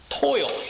toil